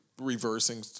reversing